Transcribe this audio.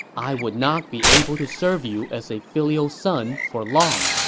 i would not be able to serve you as a filial son for long.